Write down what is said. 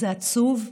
זה עצוב,